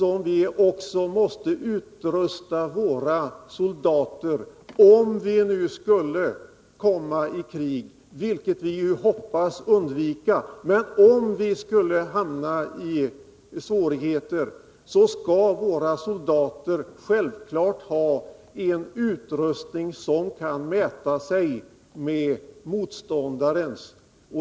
Om vi skulle dras in i ett krig — vilket vi ju hoppas undvika — skall våra soldater självfallet ha en utrustning som kan mäta sig med motståndarens.